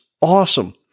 awesome